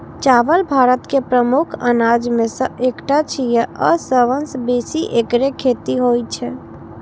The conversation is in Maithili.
चावल भारत के प्रमुख अनाज मे सं एकटा छियै आ सबसं बेसी एकरे खेती होइ छै